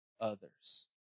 others